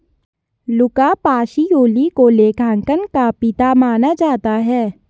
लुका Pacioli को लेखांकन का पिता माना जाता है